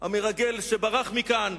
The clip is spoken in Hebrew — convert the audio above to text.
המרגל שברח מכאן,